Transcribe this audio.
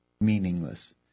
meaningless